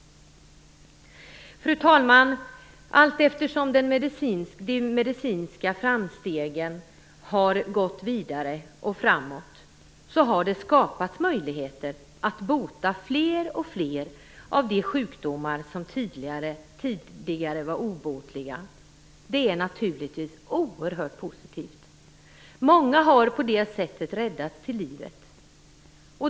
Fru talman! Allteftersom den medicinska forskningen gått framåt har det skapats möjligheter att bota alltfler av de sjukdomar som tidigare var obotliga. Det är naturligtvis oerhört positivt. Många har på det sättet räddats till livet.